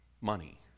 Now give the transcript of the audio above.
money